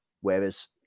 Whereas